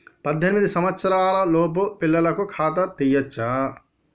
పద్దెనిమిది సంవత్సరాలలోపు పిల్లలకు ఖాతా తీయచ్చా?